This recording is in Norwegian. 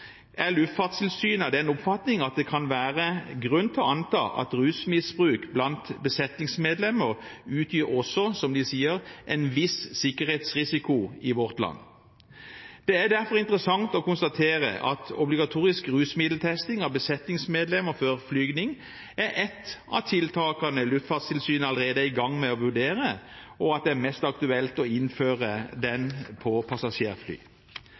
er Luftfartstilsynet av den oppfatning at det kan være grunn til å anta at rusmisbruk blant besetningsmedlemmer også utgjør, som de sier, en viss sikkerhetsrisiko i vårt land. Det er derfor interessant å konstatere at obligatorisk rusmiddeltesting av besetningsmedlemmer før flygning er ett av tiltakene Luftfartstilsynet allerede er i gang med å vurdere, og at det er mest aktuelt å innføre det på passasjerfly.